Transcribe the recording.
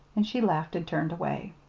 and she laughed and turned away.